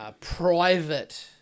private